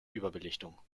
überbelichtung